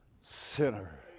sinner